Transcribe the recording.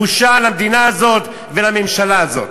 בושה למדינה הזאת ולממשלה הזאת.